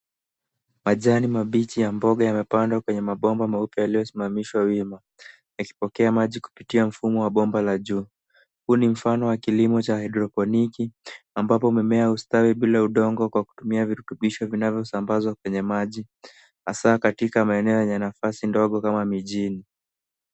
Majani mabichi ya mboga yamepandwa kwenye mabomba meupe yaliosimamishwa wima, yakipokea maji kupitia mfumo wa bomba la juu. Huu ni mfano wa kilimo cha haidroponiki, ambapo mimea hustawi bila udongo kwa kutumia virutubisho vinavyosambazwa kwenye maji, hasa katika maeneo yenye nafasi ndogo kama mijini.